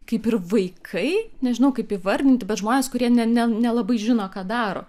kaip ir vaikai nežinau kaip įvardinti bet žmonės kurie ne nelabai žino ką daro